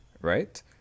right